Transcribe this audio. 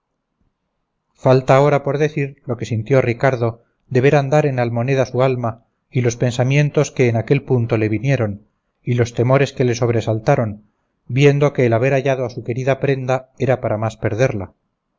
falta ahora por decir lo que sintió ricardo de ver andar en almoneda su alma y los pensamientos que en aquel punto le vinieron y los temores que le sobresaltaron viendo que el haber hallado a su querida prenda era para más perderla